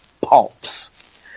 pops